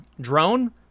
drone